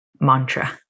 mantra